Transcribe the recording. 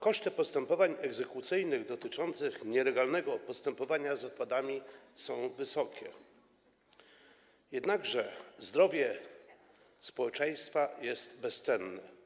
Koszty postępowań egzekucyjnych dotyczących nielegalnego postępowania z odpadami są wysokie, jednakże zdrowie społeczeństwa jest bezcenne.